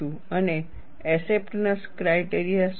અને acceptance criteria શું છે